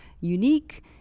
unique